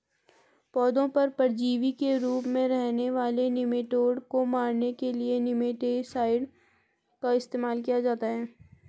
पौधों पर परजीवी के रूप में रहने वाले निमैटोड को मारने के लिए निमैटीसाइड का इस्तेमाल करते हैं